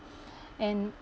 and